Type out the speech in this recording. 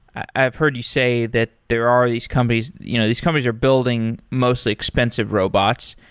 i've heard you say that there are these companies you know these companies are building mostly expensive robots,